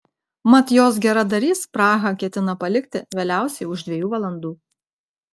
mat jos geradarys prahą ketina palikti vėliausiai už dviejų valandų